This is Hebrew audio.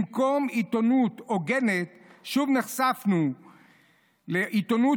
במקום עיתונות הוגנת, שוב נחשפנו לעיתונות